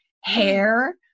hair